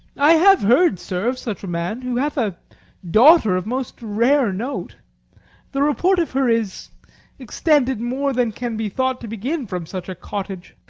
i have heard, sir, of such a man, who hath a daughter of most rare note the report of her is extended more than can be thought to begin from such a cottage.